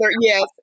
yes